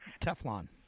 Teflon